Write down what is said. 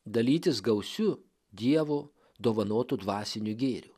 dalytis gausiu dievo dovanotu dvasiniu gėriu